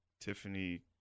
tiffany